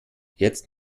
jetzt